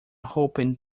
hoping